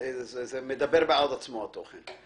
התוכן מדבר בעד עצמו.